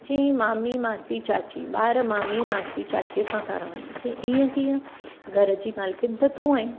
चई मामी मांसी चाची ॿार मामी मांसी चाचीअ सां तव्हां रहनि चई ईअं कीअं घर जी मालकिन त तूं आहे